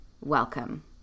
Welcome